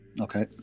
Okay